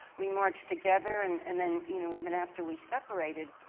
we marched together, and and then you know even after we separated,